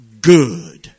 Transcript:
good